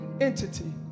entity